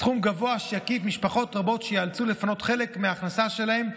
סכום גבוה שיקיף משפחות רבות שייאלצו לפנות חלק מההכנסה שלהן,